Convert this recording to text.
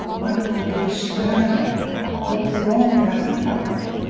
i don't understand what wrong have you done?